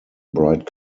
bright